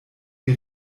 die